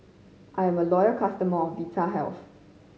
I'm a loyal customer of Vitahealth